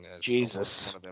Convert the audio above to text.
Jesus